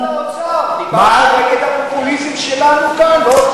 לא דיברנו על הפופוליזם של משרד האוצר.